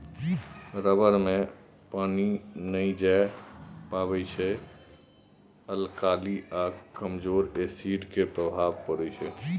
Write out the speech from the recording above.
rubber मे पानि नहि जाए पाबै छै अल्काली आ कमजोर एसिड केर प्रभाव परै छै